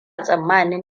tsammanin